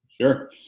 Sure